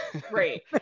great